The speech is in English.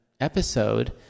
episode